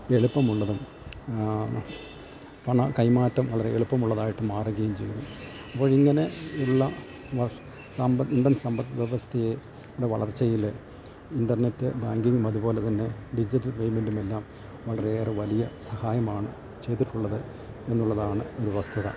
എളുപ്പമുള്ളതും പണം കൈമാറ്റം വളരെ എളുപ്പമുള്ളതായിട്ട് മാറുകയും ചെയ്യുന്നു അപ്പോൾ ഇങ്ങനെ ഉള്ള സമ്പദ് ഇന്ത്യൻ സമ്പദ് വ്യവസ്ഥയെ വളർച്ചയിൽ ഇൻറ്റർനെറ്റ് ബാങ്കിങ്ങും അതുപോലെ തന്നെ ഡിജിറ്റൽ പേയ്മെൻറ്റുമെല്ലാം വളരെ ഏറെ വലിയ സഹായമാണ് ചെയ്തിട്ടുള്ളത് എന്നുള്ളതാണ് ഒരു വസ്തുത